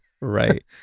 right